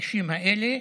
הקשים האלה,